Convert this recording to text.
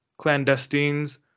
clandestines